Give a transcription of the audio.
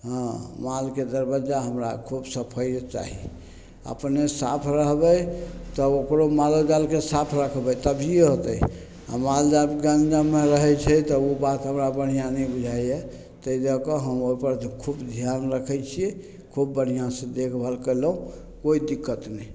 हँ मालके दरबज्जा हमरा खूब सफैअत चाही अपने साफ रहबै तब ओकरो मालो जालके साफ रखबै तभिए होतै माल जालके अनजममे रहै छै तऽ ओ बात हमरा बढ़िआँ नहि बुझाइ यऽ तेँ दैके खूब धिआन रखै छिए खूब बढ़िआँसे देखभाल कएलहुँ कोइ दिक्कत नहि